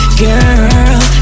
girl